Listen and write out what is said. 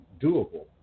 doable